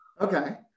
Okay